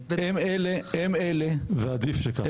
--- ועדיף שכך.